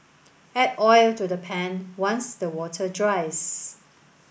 add oil to the pan once the water dries